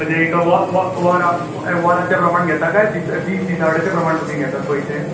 म्हणजे एक वराच्या प्रमाण घेतात तुमी कांय दिसावड्याच्या प्रमाण